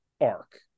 arc